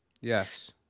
Yes